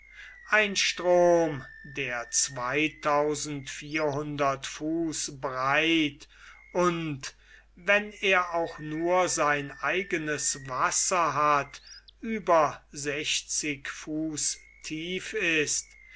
ein strom der zweitausend vierhundert fuß breit und wenn er auch nur sein eigenes wasser hat über sechzig fuß tief ist